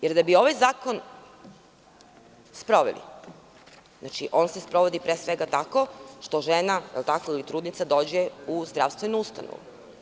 Da bi ovaj zakon sproveli, znači, on se sprovodi pre svega tako, što žena ili trudnica dođe u zdravstvenu ustanovu?